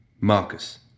Marcus